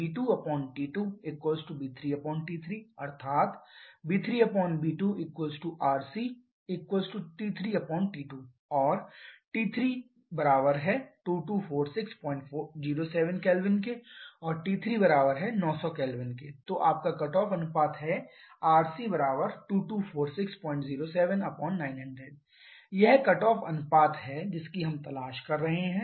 v2T2v3T3 अर्थात v3v2rcT3T2 और T3 224607 K T3 900 K तो आपका कट ऑफ अनुपात है rc224607900 यह कट ऑफ अनुपात है जिसकी हम तलाश कर रहे हैं